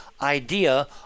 idea